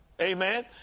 Amen